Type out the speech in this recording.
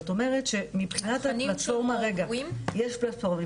זאת אומרת שמבחינת הפלטפורמה יש פלטפורמה.